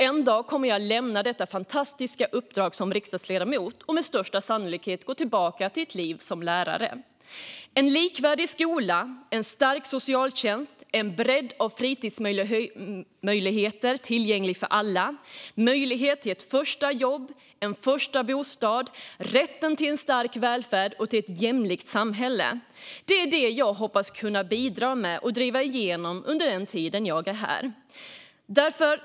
En dag kommer jag att lämna detta fantastiska uppdrag som riksdagsledamot och med största sannolikhet gå tillbaka till ett liv som lärare. En likvärdig skola, en stark socialtjänst, en bredd av fritidsmöjligheter tillgängliga för alla, en möjlighet till ett första jobb och en första bostad, rätten till en stark välfärd och ett jämlikt samhälle är det jag hoppas kunna bidra med och driva igenom under min tid här.